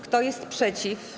Kto jest przeciw?